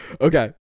Okay